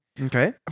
Okay